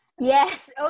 Yes